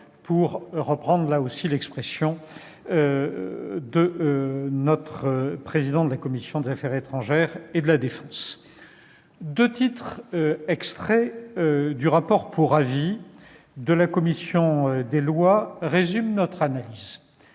pour reprendre l'expression de M. le président de la commission des affaires étrangères, de la défense et des forces armées. Deux titres extraits du rapport pour avis de la commission des lois résument notre analyse.